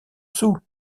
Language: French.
sous